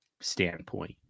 standpoint